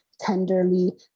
tenderly